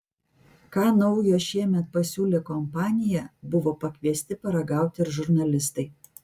ką naujo šiemet pasiūlė kompanija buvo pakviesti paragauti ir žurnalistai